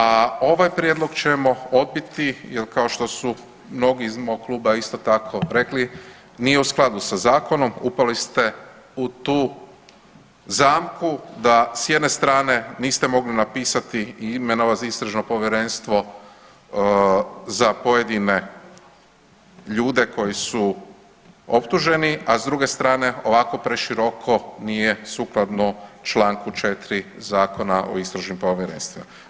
A ovaj prijedlog ćemo odbiti jel kao što su mnogi iz mog kluba isto tako rekli nije u skladu sa zakonom, upali ste u tu zamku da s jedne strane niste mogli napisati i imenovati istražno povjerenstvo za pojedine ljude koji su optuženi, a s druge strane ovako preširoko nije sukladno čl. 4. Zakona o istražnim povjerenstvima.